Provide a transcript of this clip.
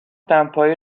دمپایی